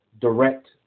direct